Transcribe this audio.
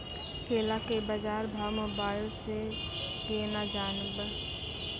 केला के बाजार भाव मोबाइल से के ना जान ब?